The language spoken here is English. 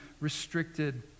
restricted